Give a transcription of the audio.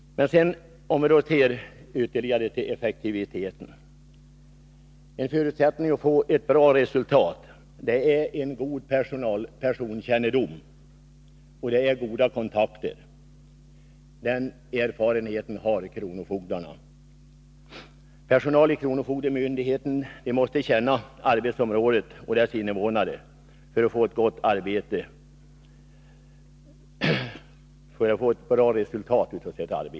En förutsättning för ett bra resultat är en god personkännedom och goda kontakter. Den erfarenheten har kronofogdarna. Personalen i kronofogdemyndigheten måste känna arbetsområdet och dess invånare för att kunna utföra ett gott arbete och nå ett bra resultat.